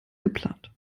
geplant